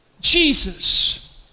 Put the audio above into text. Jesus